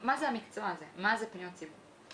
זה המשרד, מה זה פניות ציבור.